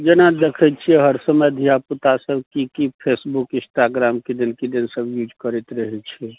जेना देखैत छियै हर समय धिआपुतासब की की फेसबुक ईन्स्ट्राग्राम किदैन किदैन सब यूज करैत रहैत छै